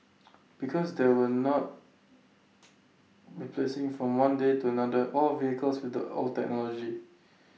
because there are not replacing from one day to another all vehicles with the old technology